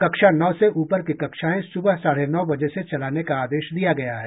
कक्षा नौ से उपर की कक्षाएं सुबह साढ़े नौ बजे से चलाने का आदेश दिया गया है